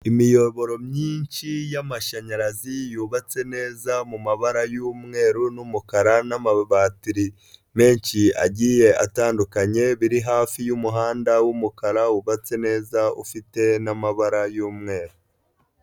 Imiyoboro myinshi yamashanyarazi yubatse neza mumabara y'umweru n'umukara n'amabatiri menshi agiye atandukanye biri hafi y'umuhanda w'umukara wubatse neza ufite n'amabara yu'mweru.